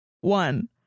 One